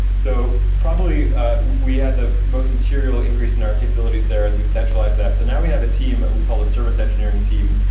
so probably we had the most material increase in our capabilities there as we centralized that. so now we have a team, what but we call the service engineering team,